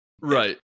Right